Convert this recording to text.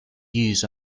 views